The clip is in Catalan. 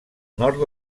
nord